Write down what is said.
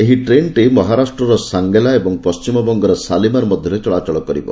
ଏହି ଟ୍ରେନ୍ଟି ମହାରାଷ୍ଟ୍ରର ସାଙ୍ଗେଲା ଓ ପଣ୍ଟିମବଙ୍ଗର ଶାଲିମାର୍ ମଧ୍ୟରେ ଚଳାଚଳ କରିବ